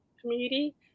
community